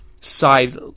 side